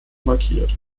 markiert